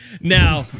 Now